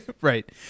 right